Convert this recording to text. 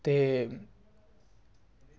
ते